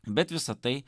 bet visa tai